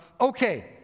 okay